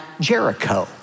Jericho